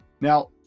Now